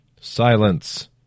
Silence